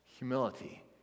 Humility